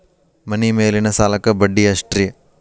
ಮನಿ ಮೇಲಿನ ಸಾಲಕ್ಕ ಬಡ್ಡಿ ಎಷ್ಟ್ರಿ?